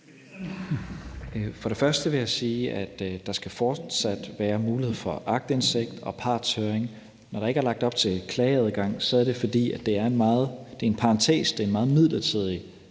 Før det første vil jeg sige, at der fortsat skal være mulighed for aktindsigt og partshøring. Når der ikke er lagt op til klageadgang, er det, fordi det er en parentes. Det er en meget midlertidig